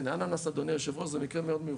אננס, אדוני היושב-ראש, זה מקרה מאוד מיוחד.